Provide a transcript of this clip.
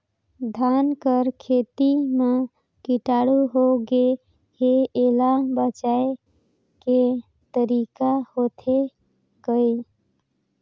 धान कर खेती म कीटाणु होगे हे एला बचाय के तरीका होथे गए?